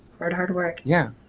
hard hard work. yeah,